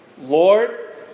Lord